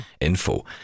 info